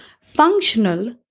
functional